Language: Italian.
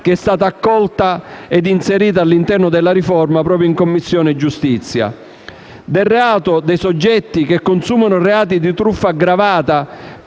proposta, accolta ed inserita all'interno della riforma proprio in Commissione giustizia. Per i soggetti che consumano i reati di truffa aggravata